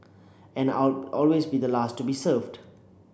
and I'll always be the last to be served